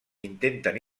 intenten